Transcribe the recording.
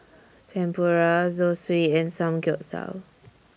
Tempura Zosui and Samgeyopsal